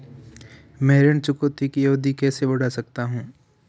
मैं ऋण चुकौती की अवधि कैसे बढ़ा सकता हूं?